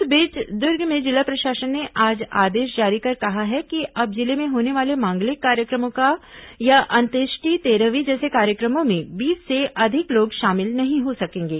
इस बीच दुर्ग में जिला प्रशासन ने आज आदेश जारी कर कहा है कि अब जिले में होने वाले मांगलिक कार्यक्रमों या अंत्येष्टि तेरहवीं जैसे कार्यक्रमों में बीस से अधिक लोग शामिल नहीं हो सकेंगे